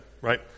right